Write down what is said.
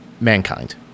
Mankind